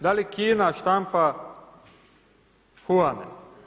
Da li Kina štampa huane?